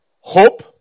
hope